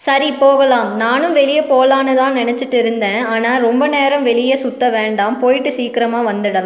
சரி போகலாம் நானும் வெளியே போலான்னுதான் நினைச்சிட்டு இருந்தேன் ஆனால் ரொம்ப நேரம் வெளியே சுற்ற வேண்டாம் போய்விட்டு சீக்கிரமாக வந்துடலா